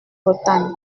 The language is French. bretagne